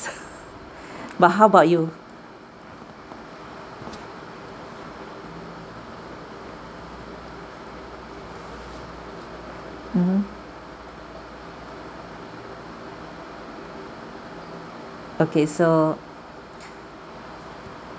but how about you mmhmm okay so